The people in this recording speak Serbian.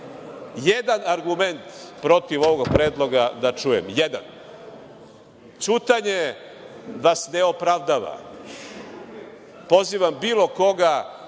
jedan argument protiv ovog predloga. Samo jedan. Ćutanje vas ne opravdava. Pozivam bilo koga